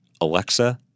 Alexa